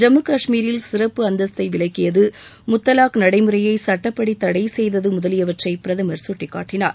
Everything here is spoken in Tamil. ஜம்மு காஷ்மீரில் சிறப்பு அந்தஸ்தை விலக்கியது முத்தலாக் நடைமுறையை சுட்டப்படி தடை செய்தது முதலியவற்றை பிரதமர் சுட்டிக்காட்டினார்